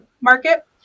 market